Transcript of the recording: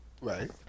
Right